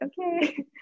okay